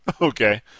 okay